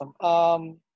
awesome